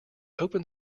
open